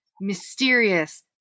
mysterious